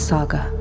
Saga